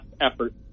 effort